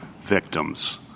victims